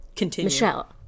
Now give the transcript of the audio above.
Michelle